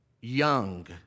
young